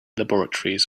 laboratories